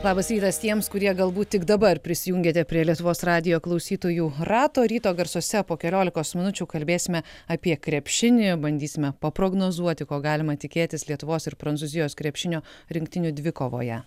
labas rytas tiems kurie galbūt tik dabar prisijungėte prie lietuvos radijo klausytojų rato ryto garsuose po keliolikos minučių kalbėsime apie krepšinį bandysime paprognozuoti ko galima tikėtis lietuvos ir prancūzijos krepšinio rinktinių dvikovoje